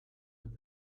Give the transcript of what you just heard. with